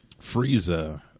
Frieza